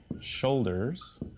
shoulders